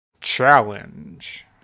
Challenge